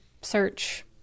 search